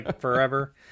forever